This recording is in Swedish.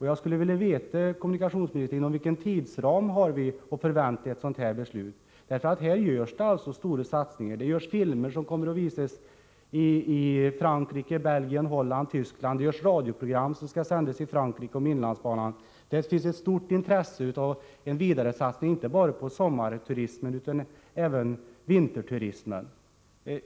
Jag skulle vilja veta, kommunikationsministern, inom vilken tidsram vi har att förvänta ett sådant beslut. Här görs alltså stora satsningar. Det produceras filmer som kommer att visas i Frankrike, Belgien, Holland och Tyskland, och det görs radioprogram om inlandsbanan som skall sändas i Frankrike. Det finns ett stort intresse för en vidare satsning inte bara på sommarturismen utan även på vinterturismen.